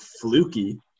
fluky